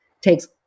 takes